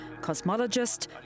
Cosmologist